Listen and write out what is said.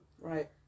Right